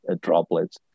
droplets